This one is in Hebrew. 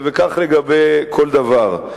וכך לגבי כל דבר.